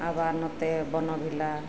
ᱟᱵᱟᱨ ᱱᱚᱛᱮ ᱵᱚᱱᱚᱵᱷᱤᱞᱟ